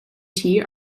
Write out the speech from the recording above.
tea